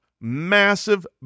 massive